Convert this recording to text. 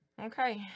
Okay